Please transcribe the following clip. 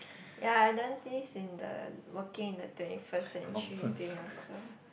ya and then this in the working in the twenty first century thing also